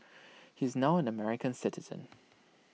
he is now an American citizen